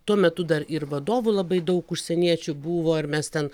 tuo metu dar ir vadovų labai daug užsieniečių buvo ir mes ten